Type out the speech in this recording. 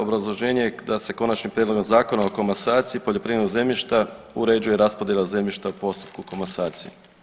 Obrazloženje je da se konačnim prijedlogom zakona o komasaciji poljoprivrednog zemljišta uređuje raspodjela zemljišta u postupku komasacije.